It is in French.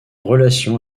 relation